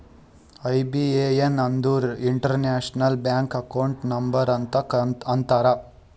IBAN ಅಂದುರ್ international bank account number ಅಂತ ಅಂತಾರ್